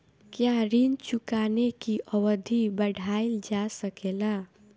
क्या ऋण चुकाने की अवधि बढ़ाईल जा सकेला?